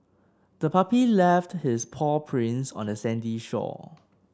the puppy left its paw prints on the sandy shore